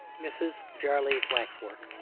mrs. jarley's waxwork,